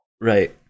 Right